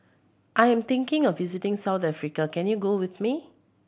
I'm thinking of visiting South Africa can you go with me